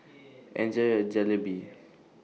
Enjoy your Jalebi